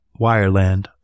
wireland